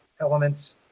elements